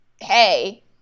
hey